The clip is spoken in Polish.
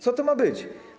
Co to ma być?